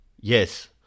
Yes